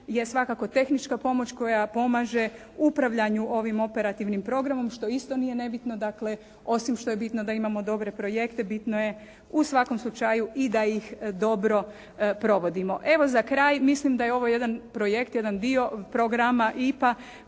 je svakako tehnička pomoć koja pomaže upravljanju ovim operativnim programom što isto nije nebitno dakle osim što je bitno da imamo dobre projekte bitno je u svakom slučaju i da ih dobro provodimo. Evo za kraj mislim da je ovo jedan projekt, jedan dio programa IPA